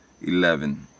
eleven